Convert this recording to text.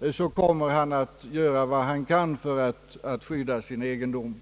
det, kommer han att göra vad han kan för att skydda sin egen dom.